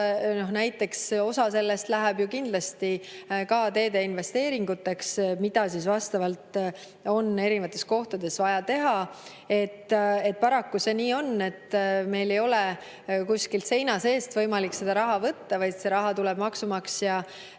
näiteks, osa sellest läheb ju kindlasti ka teede investeeringuteks, mida vastavalt on erinevates kohtades vaja teha. Paraku see nii on, et meil ei ole kuskilt seina seest võimalik seda raha võtta, vaid raha tuleb maksumaksja